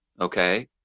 Okay